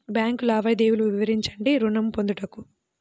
Bank లావాదేవీలు వివరించండి ఋణము పొందుటకు?